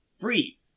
Free